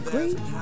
Great